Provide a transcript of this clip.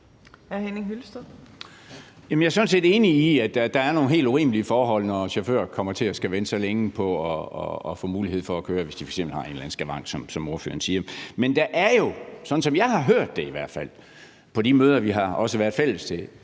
Jeg er sådan set enig i, at der er nogle helt urimelige forhold, når chauffører kommer til at skulle vente så længe på at få mulighed for at køre, hvis de f.eks. har en eller anden skavank, som ordføreren siger. Men der er jo, sådan som jeg i hvert fald har hørt det på de møder, vi også fælles har